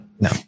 No